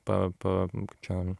pa pa nu kaip čia